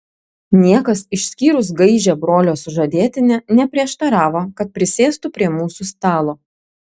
niekas išskyrus gaižią brolio sužadėtinę neprieštaravo kad prisėstų prie mūsų stalo